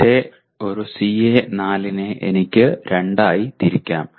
മറ്റേ ഒരു CO4 നെ എനിക്ക് രണ്ടായി തിരിക്കാം